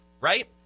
right